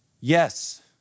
Yes